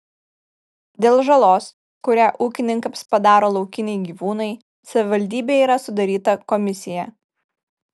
dėl žalos kurią ūkininkams padaro laukiniai gyvūnai savivaldybėje yra sudaryta komisija